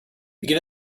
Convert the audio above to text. begin